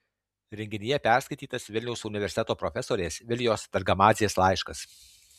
renginyje perskaitytas vilniaus universiteto profesorės vilijos targamadzės laiškas